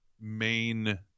main